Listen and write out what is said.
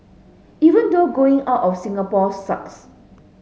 even though going out of Singapore sucks